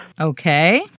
Okay